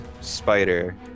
spider